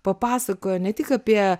papasakojo ne tik apie